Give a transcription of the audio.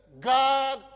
God